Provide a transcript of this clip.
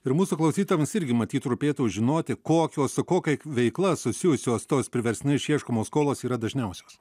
ir mūsų klausytojams irgi matyt rūpėtų žinoti kokios su kokia veikla susijusios tos priverstinai išieškomos skolos yra dažniausios